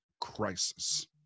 crisis